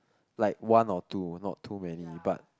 like one or two not too many but